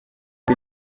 uko